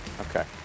Okay